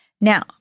Now